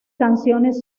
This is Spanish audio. canciones